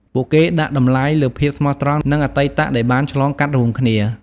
ពួកគេដាក់តម្លៃលើភាពស្មោះត្រង់ និងអតីតដែលបានឆ្លងកាត់រួមគ្នា។